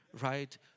right